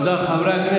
אל תעשה את ההצגה לפחות.